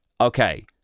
okay